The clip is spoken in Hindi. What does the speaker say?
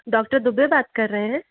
डॉक्टर दुबे बात कर रहे हैं